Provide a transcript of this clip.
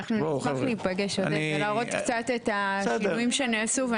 נשמח להיפגש ולהראות קצת את השינויים שנעשו,